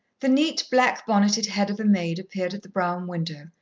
the neat, black-bonneted head of a maid appeared at the brougham window,